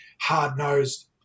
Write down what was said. hard-nosed